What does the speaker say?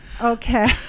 okay